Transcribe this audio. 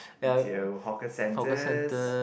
b_t_o hawker centers